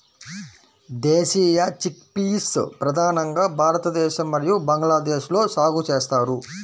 దేశీయ చిక్పీస్ ప్రధానంగా భారతదేశం మరియు బంగ్లాదేశ్లో సాగు చేస్తారు